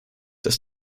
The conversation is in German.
dass